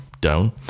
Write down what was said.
down